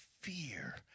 fear